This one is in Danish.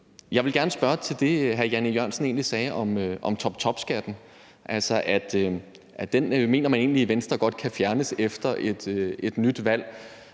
Jeg vil gerne spørge til det, hr. Jan E. Jørgensen egentlig sagde om toptopskatten, altså at den mener man egentlig i Venstre godt kan fjernes efter et valg.